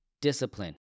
discipline